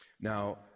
Now